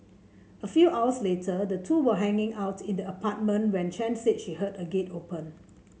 a few hours later the two were hanging out in the apartment when Chen said she heard a gate open